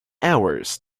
hours